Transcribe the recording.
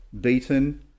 beaten